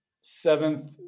seventh